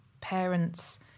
parents